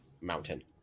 mountain